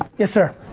yes sir?